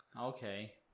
Okay